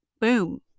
Boom